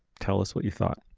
tell us what you thought.